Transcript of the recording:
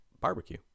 barbecue